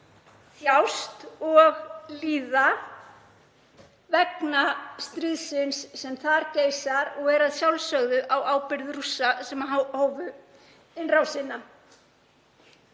þjáist og líður vegna stríðsins sem þar geisar og það er að sjálfsögðu á ábyrgð Rússa sem hófu innrásina.